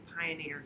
pioneers